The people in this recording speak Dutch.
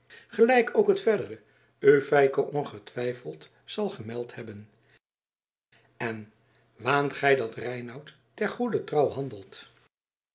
gelijk ook het verdere u feiko ongetwijfeld zal gemeld hebben en waant gij dat reinout ter goeder trouw handelt